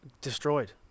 Destroyed